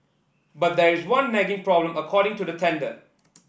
but there is one nagging problem according to the tender